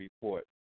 Report